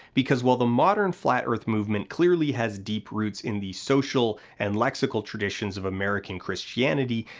because while the modern flat earth movement clearly has deep roots in the social and lexical traditions of american christianity,